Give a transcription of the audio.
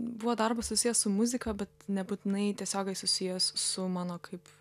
buvo darbas susijęs su muzika bet nebūtinai tiesiogiai susijęs su mano kaip